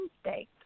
state